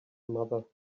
mother